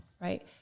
right